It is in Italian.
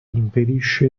impedisce